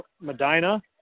Medina